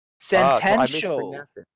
Sentential